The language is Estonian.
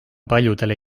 paljudele